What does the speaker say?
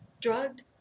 drugged